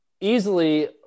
easily